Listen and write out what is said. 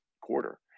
quarter